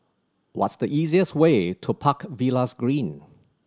what's the easiest way to Park Villas Green